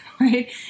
right